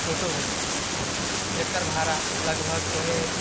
टोटो होइ छै जकर भाड़ा ओहे